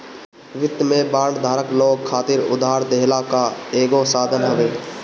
वित्त में बांड धारक लोग खातिर उधार देहला कअ एगो साधन हवे